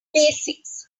basics